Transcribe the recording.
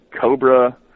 Cobra